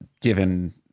given